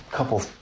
Couple